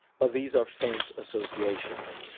but these are faint associations,